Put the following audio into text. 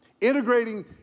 Integrating